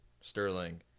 Sterling